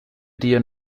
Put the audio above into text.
dir